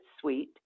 Suite